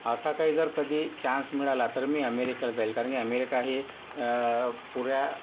असा काय जर कधी चान्स मिळाला तर मी अमेरिकेला जाईन कारण की अमेरिका ही पुऱ्या